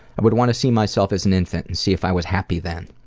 i would want to see myself as an infant and see if i was happy then.